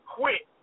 quit